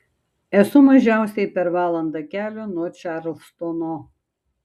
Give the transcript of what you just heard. esu mažiausiai per valandą kelio nuo čarlstono